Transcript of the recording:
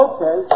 Okay